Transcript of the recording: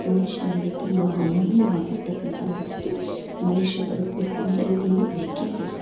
ಮನುಷ್ಯನಿಗೆ ತುಂಬ ಅಮೂಲ್ಯವಾಗಿರತಕ್ಕಂಥ ವಸ್ತು ಮನುಷ್ಯ ಬದುಕಬೇಕು ಅಂದರೆ ನೀರು ಬೇಕೇ ಬೇಕು